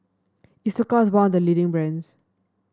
Isocal is one of the leading brands